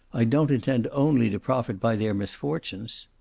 i don't intend only to profit by their misfortunes.